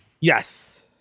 yes